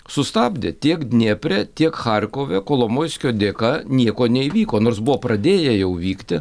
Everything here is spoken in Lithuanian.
sustabdė tiek dniepre tiek charkove kolomojskio dėka nieko neįvyko nors buvo pradėję jau vykti